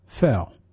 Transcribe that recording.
fell